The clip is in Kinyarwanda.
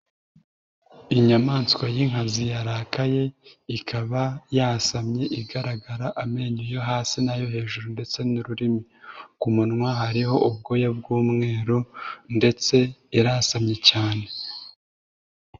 Inyamaswa y'inkazi yarakaye, ikaba yasamye igaragara amenyo yo hasi n'ayo hejuru ndetse n'ururimi. Ku munwa hariho ubwoya bw'umweru ndetse irasamye cyane.